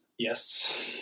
Yes